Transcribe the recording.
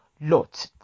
Lot